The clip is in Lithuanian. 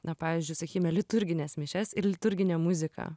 na pavyzdžiui sakykime liturgines mišias ir liturginę muziką